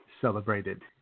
Celebrated